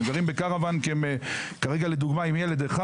הם גרים בקרוון כי הם כרגע, לדוגמה, עם ילד אחד.